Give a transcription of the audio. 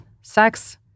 sex